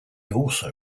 also